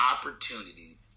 opportunity